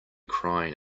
crying